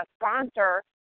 sponsor